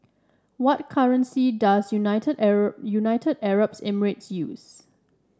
what currency does United United Arab Emirates use